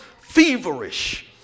feverish